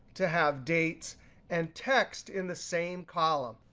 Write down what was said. to have dates and text in the same column.